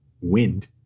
wind